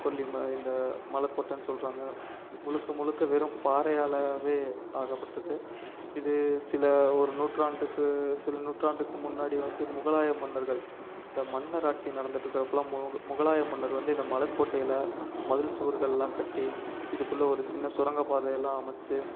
கொல்லிமலை இந்த மலைக்கோட்டைன் சொல்கிறாங்க முழுக்க முழுக்க வெறும் பாறையாகாவே ஆக்கப்பட்டது இது சில ஒரு நூற்றாண்டுக்கு சில நூற்றாண்டுக்கு முன்னாடி வந்து முகலாய மன்னர்கள் இந்த மன்னராட்சி நடந்துகிட்டு இருக்கிறப்பலாம் முக முகலாய மன்னர் வந்து இந்த மலைக்கோட்டையில் மதில் சுவர்களெலாம் கட்டி இதுக்குள்ளே ஒரு சின்ன சுரங்கப்பதையெல்லாம் அமைத்து